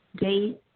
date